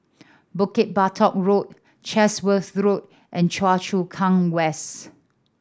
Bukit Batok Road Chatsworth Road and Choa Chu Kang West